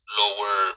lower